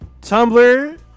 Tumblr